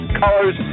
colors